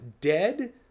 dead